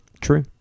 true